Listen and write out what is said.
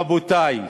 רבותי,